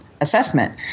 assessment